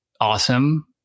awesome